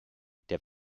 der